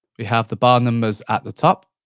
we have the bar numbers at the top,